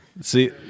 See